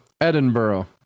Edinburgh